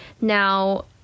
now